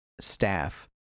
staff